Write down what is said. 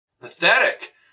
Pathetic